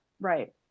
Right